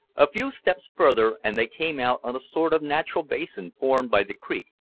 a few steps further and they came out on a sort of natural basin formed by the creek,